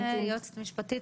היועצת המשפטית?